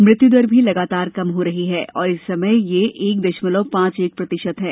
मृत्यु दर भी लगातार कम हो रही है और इस समय यह एक दशमलव पांच एक प्रतिशत है